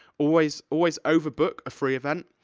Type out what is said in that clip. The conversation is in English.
always, always overbook a free event,